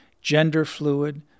gender-fluid